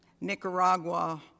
Nicaragua